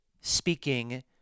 speaking